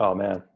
um man,